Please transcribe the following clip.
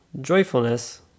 joyfulness